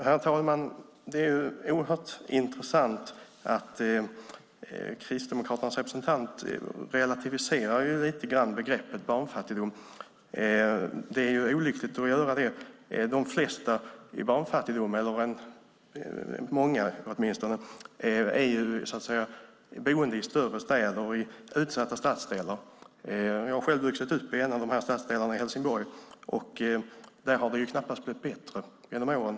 Herr talman! Det är oerhört intressant att Kristdemokraternas representant lite grann relativiserar begreppet barnfattigdom. Det är olyckligt att göra det. De flesta - eller åtminstone många - i barnfattigdom är boende i större städer och i utsatta stadsdelar. Jag har själv vuxit upp i en av dessa stadsdelar i Helsingborg, och där har det knappast blivit bättre genom åren.